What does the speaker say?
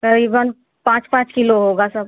करीबन पाँच पाँच किलो होगा सब